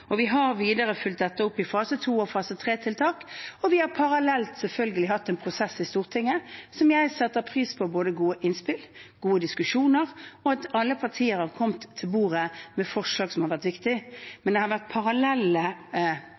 Vi har fulgt dette videre opp med fase to- og fase tre-tiltak. Parallelt har vi selvfølgelig hatt en prosess i Stortinget, og jeg setter pris på både gode innspill og gode diskusjoner, og at alle partier har kommet til bordet med forslag som har vært viktige. Men det har vært parallelle